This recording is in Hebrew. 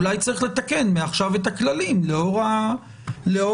אולי צריך לתקן מעכשיו את הכללים לאור התקנות.